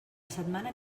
setmana